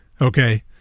Okay